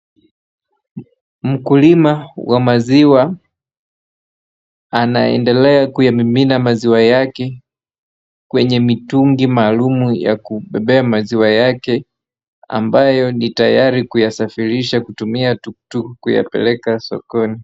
Mkulima wa maziwa anaendelea kuyamimina maziwa yake kwenye mitungi maalum ya kubeba maziwa yake ambayo ni tayari kuyasafirisha kutumia tuk tuk kuyapeleka sokoni.